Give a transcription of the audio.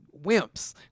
wimps